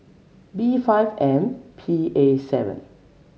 B five M P A seven